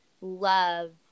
love